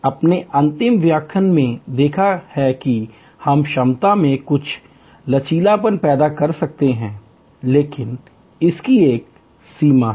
आपने अंतिम व्याख्यान में देखा है कि कैसे हम क्षमता में कुछ लचीलापन पैदा कर सकते हैं लेकिन इसकी सीमा है